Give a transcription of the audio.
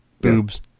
Boobs